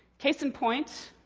case in point